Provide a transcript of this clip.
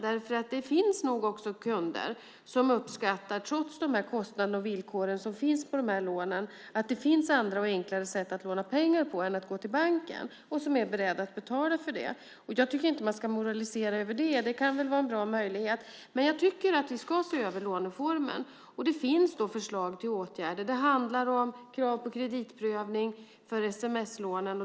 Det finns nog också kunder som, trots de här kostnaderna och villkoren som finns för de här lånen, uppskattar att det finns andra och enklare sätt att låna pengar på än att gå till banken och som är beredda att betala för det. Jag tycker inte att man ska moralisera över det. Det kan väl vara en bra möjlighet. Men jag tycker att vi ska se över låneformen, och det finns då förslag till åtgärder. Det handlar om krav på kreditprövning för sms-lånen.